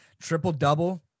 Triple-double